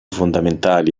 fondamentali